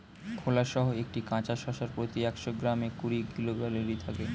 খোসাসহ একটি কাঁচা শসার প্রতি একশো গ্রামে কুড়ি কিলো ক্যালরি থাকে